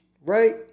Right